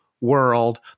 world